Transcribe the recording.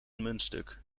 muntstuk